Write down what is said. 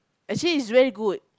actually is very good